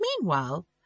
Meanwhile